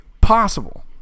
possible